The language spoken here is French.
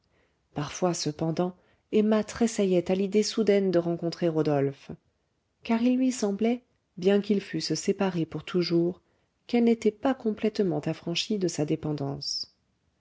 parfois cependant emma tressaillait à l'idée soudaine de rencontrer rodolphe car il lui semblait bien qu'ils fussent séparés pour toujours qu'elle n'était pas complètement affranchie de sa dépendance